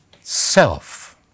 self